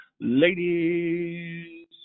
ladies